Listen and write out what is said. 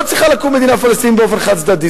לא צריכה לקום מדינה פלסטינית באופן חד-צדדי,